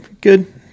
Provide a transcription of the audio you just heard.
good